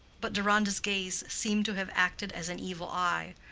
but deronda's gaze seemed to have acted as an evil eye.